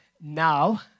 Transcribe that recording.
now